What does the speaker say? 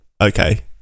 okay